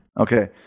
Okay